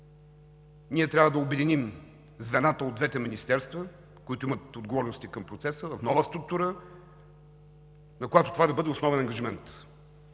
Ние трябва да обединим звената от двете министерства, които имат отговорности към процеса, в нова структура, на която това да бъде основен ангажимент